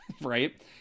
right